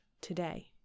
today